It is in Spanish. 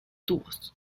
tubos